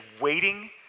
waiting